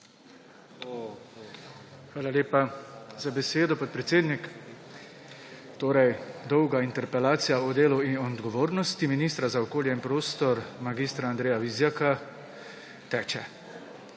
Hvala lepa za besedo, podpredsednik. Dolga interpelacija o delu in odgovornosti ministra za okolje in prostor mag. Andreja Vizjaka teče.